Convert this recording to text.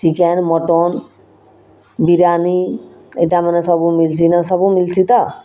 chicken mutton biryani ଇତା ମାନେ ସବୁ ମିଲ୍ସି ନଁ ସବୁ ମିଲ୍ସି ତ